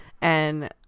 and-